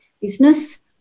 business